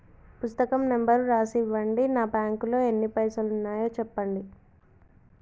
పుస్తకం నెంబరు రాసి ఇవ్వండి? నా బ్యాంకు లో ఎన్ని పైసలు ఉన్నాయో చెప్పండి?